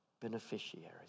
beneficiaries